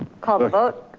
call the vote,